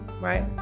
right